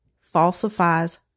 falsifies